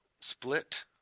split